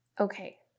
Okay